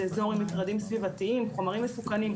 זה איזור עם מטרדים סביבתיים, חומרים מסוכנים.